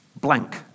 Blank